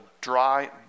dry